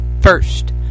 first